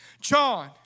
John